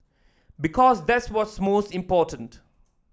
because that's what's most important